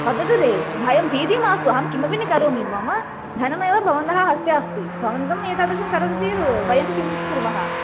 वदतु रे भयं भीतिः मास्तु अहं किमपि न करोमि मम धनमेव भवन्तः हस्ते अस्ति भवन्तम् एतादृशं करोति चेत् वयं किं कुर्मः